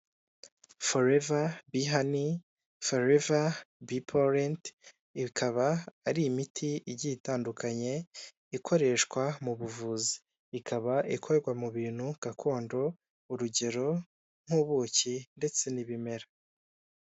Forever bee honey, forever bee pollen ikaba ari imiti igiye itandukanye ikoreshwa mu buvuzi ikaba ikorwa mu bintu gakondo. Urugero: nk'ubuki ndetse n'ibimera.